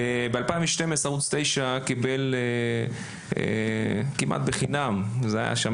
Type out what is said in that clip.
ב-2012 ערוץ 9 קיבל כמעט בחינם היה שם